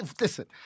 listen